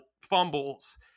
fumbles